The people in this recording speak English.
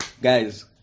guys